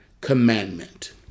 commandment